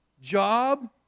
job